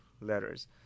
letters